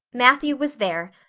matthew was there,